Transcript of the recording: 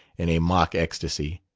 in a mock ecstasy.